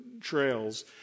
trails